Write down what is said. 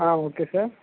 okay sir